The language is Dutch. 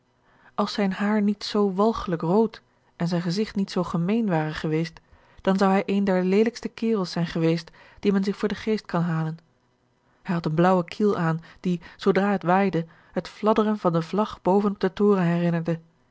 als zijn haar niet zoo walgelijk rood en zijn gezigt niet zoo gemeen ware geweest dan zou hij een der leelijkste kerels zijn geweest dien men zich voor den geest kan halen hij had een blaauwen kiel aan die zoodra het waaide het fladderen van de vlag boven op den toren herinnerde